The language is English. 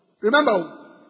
Remember